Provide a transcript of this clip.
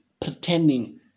pretending